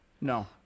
No